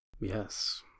yes